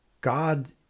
God